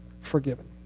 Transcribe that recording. forgiven